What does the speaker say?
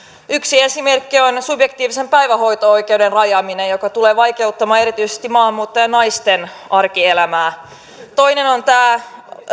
yksi esimerkki on subjektiivisen päivähoito oikeuden rajaaminen joka tulee vaikeuttamaan erityisesti maahanmuuttajanaisten arkielämää toinen on tämä